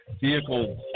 Vehicle